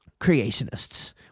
creationists